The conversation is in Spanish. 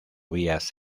vías